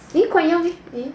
eh quite young ah